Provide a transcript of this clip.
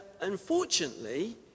unfortunately